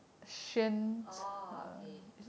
oh okay